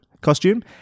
costume